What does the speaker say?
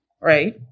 right